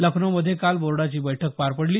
लखनौमध्ये काल बोर्डाची बैठक पार पडली